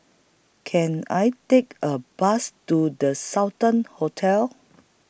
Can I Take A Bus to The Sultan Hotel